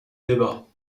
débat